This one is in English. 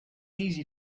easy